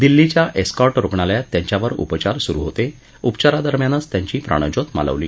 दिल्लीच्या एस्कॉर्ट रुग्णालयात त्यांच्यावर उपचार सुरु होते उपचारादरम्यानच त्यांची प्राणज्योत मालवली